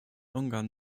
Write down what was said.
ungarn